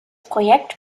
projekt